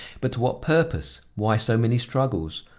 but to what purpose? why so many struggles?